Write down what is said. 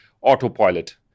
autopilot